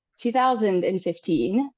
2015